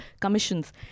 commissions